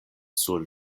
sur